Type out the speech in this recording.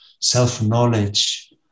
self-knowledge